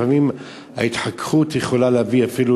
לפעמים ההתחככות יכולה להביא אפילו